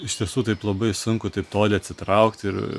iš tiesų taip labai sunku taip toli atsitraukt ir